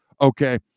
Okay